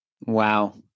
Wow